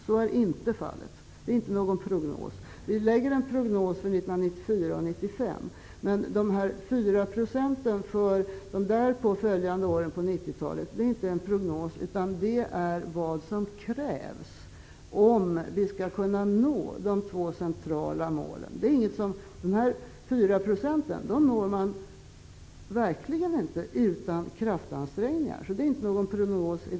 Så är inte fallet. Vi lägger en prognos för 1994 och 1995, men 4 % under de därpå följande åren på 1990-talet är inte en prognos. Det är vad som krävs om vi skall kunna nå de två centrala målen. Dessa 4 % når man verkligen inte utan kraftansträngningar.